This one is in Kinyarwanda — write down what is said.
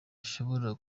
ishobora